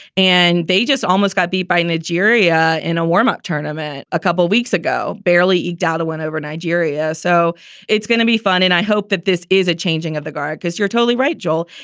and they just almost got beat by nigeria in a warm up tournament a couple of weeks ago, barely eked out a win over nigeria. so it's going to be fun. and i hope that this is a changing of the guard, because you're totally right, jill.